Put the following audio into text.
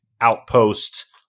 outpost